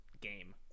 game